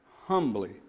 humbly